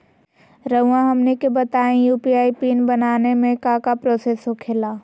रहुआ हमनी के बताएं यू.पी.आई पिन बनाने में काका प्रोसेस हो खेला?